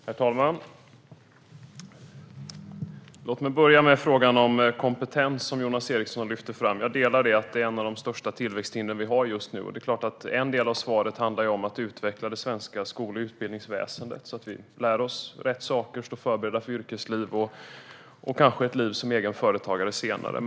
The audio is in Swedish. Herr talman! Låt mig börja med frågan om kompetens, som Jonas Eriksson lyfte fram. Jag delar åsikten att det här är ett av de största tillväxthindren vi har just nu, och det är klart att en del av svaret är att utveckla det svenska skol och utbildningsväsendet så att vi lär oss rätt saker och står förberedda för yrkesliv och kanske ett liv som egenföretagare senare.